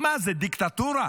מה זה, דיקטטורה?